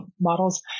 models